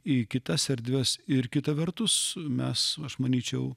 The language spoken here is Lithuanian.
į kitas erdves ir kita vertus mes aš manyčiau